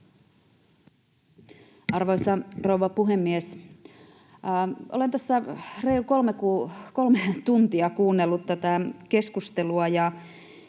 Arvoisa rouva puhemies! Olen tässä reilut kolme tuntia kuunnellut tätä keskustelua,